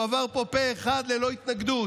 הוא עבר פה פה אחד ללא התנגדות,